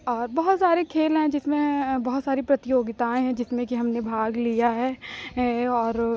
और बहुत सारे खेल हैं जिसमें बहुत सारी प्रतियोगिताए हैं जिसमें कि हमने भाग लिया है और